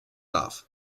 love